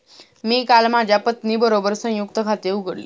मी काल माझ्या पत्नीबरोबर संयुक्त खाते उघडले